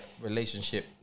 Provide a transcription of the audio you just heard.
relationship